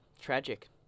Tragic